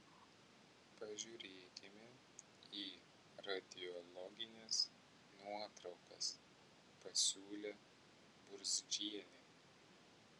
pažiūrėkime į radiologines nuotraukas pasiūlė burzdžienė